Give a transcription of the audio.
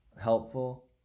helpful